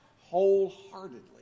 Wholeheartedly